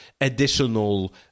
additional